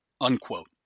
unquote